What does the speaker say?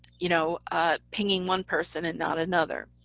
you know ah pinging one person and not another.